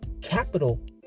capital